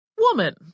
woman